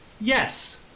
Yes